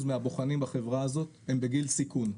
מהבוחנים בחברה הזאת הם בגיל סיכון,